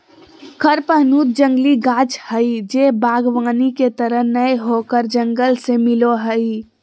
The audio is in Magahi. कडपहनुत जंगली गाछ हइ जे वागबानी के तरह नय होकर जंगल से मिलो हइ